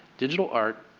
digital art,